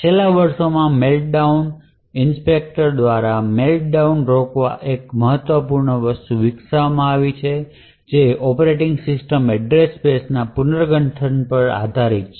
છેલ્લા વર્ષોમાં meltdown inspector દ્વારા મેલ્ટડાઉન રોકવા એક મહત્વપૂર્ણ વસ્તુ વિકસાવવામાં આવી છે જે ઓપરેટિંગ સિસ્ટમ એડ્રેસ સ્પેસ ના પુનર્ગઠન પર આધારિત છે